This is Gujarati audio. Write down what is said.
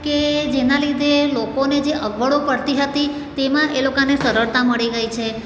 કે જેના લીધે લોકોને જે અગવડો પડતી હતી તેમાં એ લોકાને સરળતા મળી ગઈ છે